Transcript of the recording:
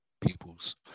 people's